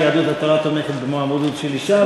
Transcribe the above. שיהדות התורה תומכת במועמדות של אישה,